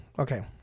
Okay